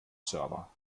server